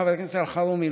חבר הכנסת אלחרומי,